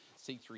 C3